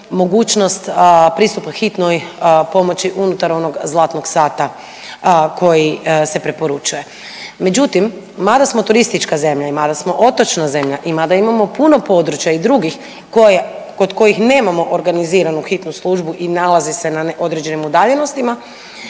mogućnost pristupa hitnoj pomoći unutar onog zlatnog sata koji se preporučuje. Međutim, mada smo turistička zemlja i mada smo otočna zemlja i mada imamo puno područja i drugih kod kojih nemamo organiziranu hitnu službu i nalazi se na određenim udaljenostima